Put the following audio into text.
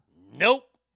Nope